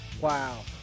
wow